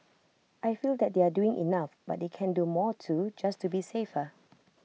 I feel that they are doing enough but they can do more too just to be safer